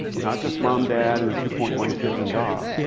not just mom, dad, and the two point one kids and dog.